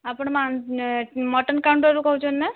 ଆପଣ ମଟନ୍ କାଉଣ୍ଟରରୁ କହୁଛନ୍ ନାଁ